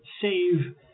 save